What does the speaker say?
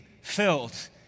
filled